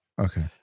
Okay